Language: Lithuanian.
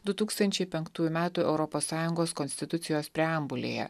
du tūkstančiai penktųjų metų europos sąjungos konstitucijos preambulėje